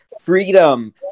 freedom